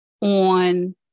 on